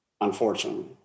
unfortunately